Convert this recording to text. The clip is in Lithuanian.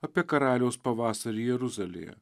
apie karaliaus pavasarį jeruzalėje